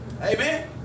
amen